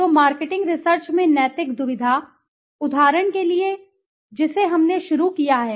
तो marketing research में नैतिक दुविधा उदाहरण के लिए हमें एक उदाहरण दें जिसे हमने शुरू किया है